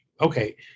Okay